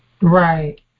Right